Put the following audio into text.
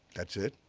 that's it?